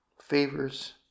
favors